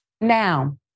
Now